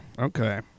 Okay